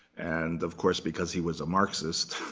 and of course, because he was a marxist,